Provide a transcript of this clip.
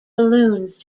balloons